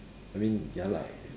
I mean ya lah